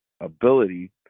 ability